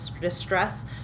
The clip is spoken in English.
distress